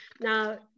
Now